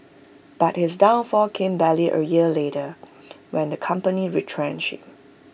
but his downfall came barely A year later when the company retrenched him